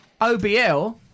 OBL